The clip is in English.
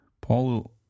Paul